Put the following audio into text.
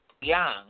young